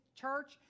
church